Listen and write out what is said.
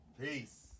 Peace